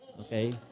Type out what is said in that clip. okay